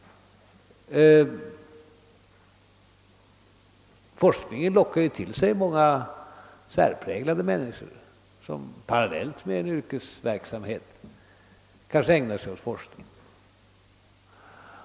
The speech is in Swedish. Forskningen lockar till sig många särpräglade människor som parallellt med en yrkesverksamhet kanske ägnar sig åt forskning.